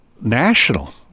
National